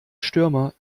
stürmer